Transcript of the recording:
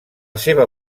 seva